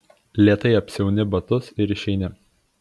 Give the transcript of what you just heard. lėtai apsiauni batus ir išeini